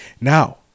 Now